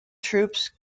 troops